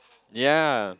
ya